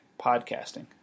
podcasting